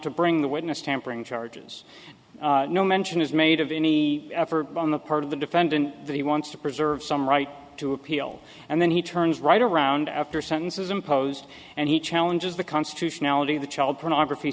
to bring the witness tampering charges no mention is made of any effort on the part of the defendant that he wants to preserve some right to appeal and then he turns right around after sentences imposed and he challenges the constitutionality of the child pornography